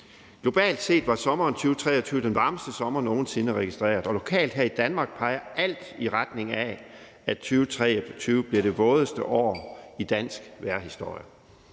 Globalt set var sommeren 2023 den varmeste sommer, der nogen sinde er registreret, og lokalt her i Danmark peger alt i retning af, at 2023 bliver det vådeste år i dansk vejrhistorie.